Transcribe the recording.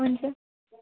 हुन्छ